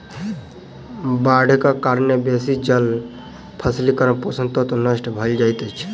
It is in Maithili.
बाइढ़क कारणेँ बेसी जल सॅ फसीलक पोषक तत्व नष्ट भअ जाइत अछि